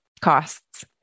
costs